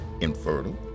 infertile